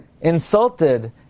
insulted